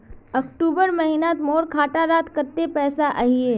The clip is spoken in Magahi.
अक्टूबर महीनात मोर खाता डात कत्ते पैसा अहिये?